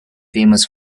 famous